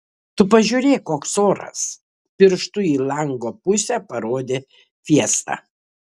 tu pažiūrėk koks oras pirštu į lango pusę parodė fiesta